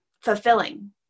fulfilling